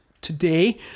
today